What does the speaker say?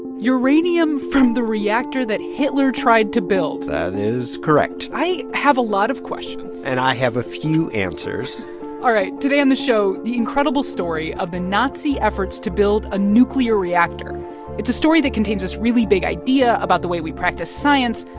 uranium from the reactor that hitler tried to build that is correct i have a lot of questions and i have a few answers all right. today on the show, the incredible story of the nazi efforts to build a nuclear reactor it's a story that contains this really big idea about the way we practice science.